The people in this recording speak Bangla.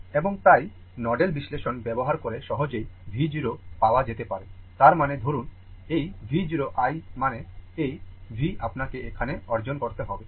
এবং তাই নোডাল বিশ্লেষণ ব্যবহার করে সহজেই V 0 পাওয়া যেতে পারে তার মানে ধরুন এই V 0 i মানে এই V আপনাকে এখানে অর্জন করতে হবে